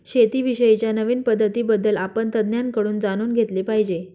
शेती विषयी च्या नवीन पद्धतीं बद्दल आपण तज्ञांकडून जाणून घेतले पाहिजे